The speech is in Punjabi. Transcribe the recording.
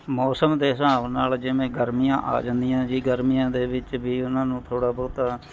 ਮੌਸਮ ਦੇ ਹਿਸਾਬ ਨਾਲ ਜਿਵੇਂ ਗਰਮੀਆਂ ਆ ਜਾਂਦੀਆਂ ਜੀ ਗਰਮੀਆਂ ਦੇ ਵਿੱਚ ਵੀ ਉਹਨਾਂ ਨੂੰ ਥੋੜ੍ਹਾ ਬਹੁਤਾ